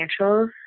financials